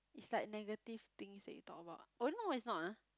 is like negative things that you talk about ah oh no is not ah